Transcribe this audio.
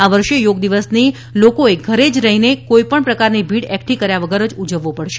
આ વર્ષે યોગ દિવસની લોકોએ ઘરે રહીને જ કોઇપણ પ્રકારની ભીડ એકઠી કર્યા વગર ઉજવવો પડશે